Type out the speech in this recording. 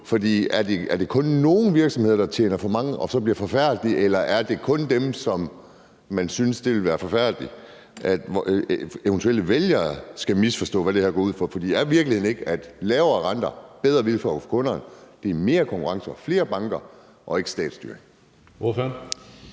er det kun nogle af de virksomheder, som tjener for mange penge, der bliver forfærdelige. Er det kun dem, hvor man synes, det ville være forfærdeligt, at eventuelle vælgere skulle misforstå, hvad det her går ud på? For er virkeligheden ikke, at lavere renter og bedre vilkår for kunderne er mere konkurrence og flere banker og ikke statsstyring?